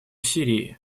сирии